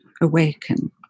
awaken